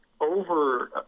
over –